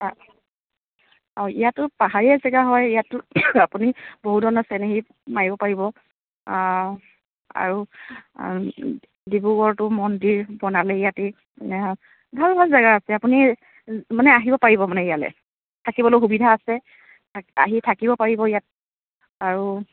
অঁ ইয়াতো পাহাৰীয়া জেগা হয় ইয়াতো আপুনি বহু ধৰণৰ চিনেৰীত মাৰিব পাৰিব আৰু ডিব্ৰুগড়তো মন্দিৰ বনালেই ইয়াতে ভাল ভাল জেগা আছে আপুনি মানে আহিব পাৰিব মানে ইয়ালৈ থাকিবলৈও সুবিধা আছে আহি থাকিব পাৰিব ইয়াত আৰু